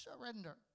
surrender